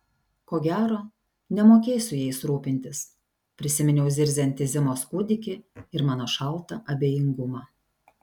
ko gero nemokėsiu jais rūpintis prisiminiau zirziantį zimos kūdikį ir mano šaltą abejingumą